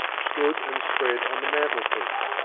stood and spread on the mantel-piece,